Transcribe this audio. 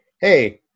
hey